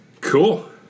Cool